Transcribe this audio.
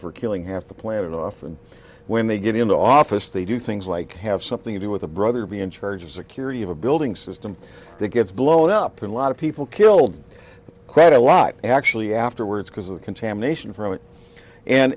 for killing half the planet often when they get into office they do things like have something to do with a brother to be in charge of security of a building system that gets blown up in a lot of people killed quite a lot actually afterwards because the contamination from it and